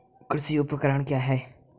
कृषि उपकरण क्या है?